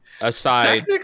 Aside